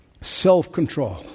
Self-control